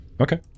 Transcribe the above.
Okay